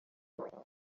ariko